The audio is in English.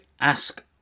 ask